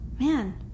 Man